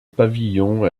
pavillon